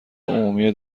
عمومی